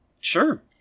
Sure